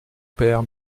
père